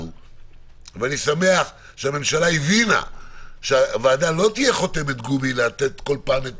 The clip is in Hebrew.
אני שמח שהממשלה הבינה שהוועדה לא תהיה חותמת גומי לתת בכל פעם את